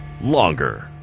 longer